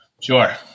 Sure